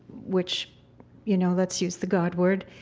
which you know let's use the god word.